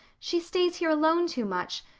she stays here alone too much.